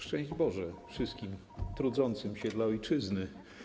Szczęść Boże wszystkim trudzącym się dla ojczyzny!